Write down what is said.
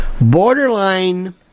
Borderline